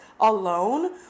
alone